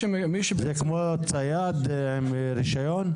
זה כמו צייד עם רישיון?